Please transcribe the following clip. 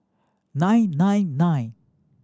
nine nine nine